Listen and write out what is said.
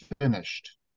finished